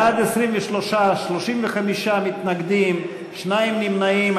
בעד, 23, 35 מתנגדים, שני נמנעים.